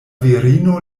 virino